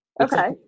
Okay